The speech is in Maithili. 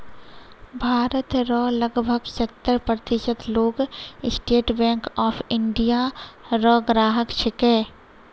भारत रो लगभग सत्तर प्रतिशत लोग स्टेट बैंक ऑफ इंडिया रो ग्राहक छिकै